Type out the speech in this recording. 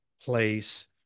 place